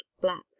black